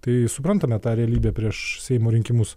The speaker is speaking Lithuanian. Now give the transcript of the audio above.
tai suprantame tą realybę prieš seimo rinkimus